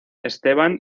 esteban